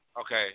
okay